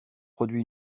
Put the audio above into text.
produit